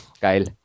Geil